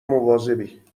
مواظبی